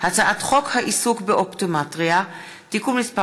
הצעת חוק העיסוק באופטומטריה (תיקון מס'